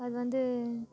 அது வந்து